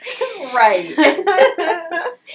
Right